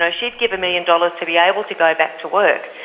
ah she'd give a million dollars to be able to go back to work.